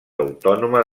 autònoma